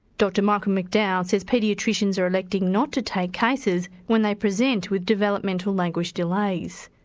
dr michael mcdowell says paediatricians are electing not to take cases when they present with developmental language delays.